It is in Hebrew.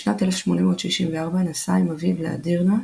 בשנת 1864 נסע עם אביו לאדירנה,